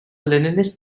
leninist